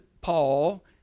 Paul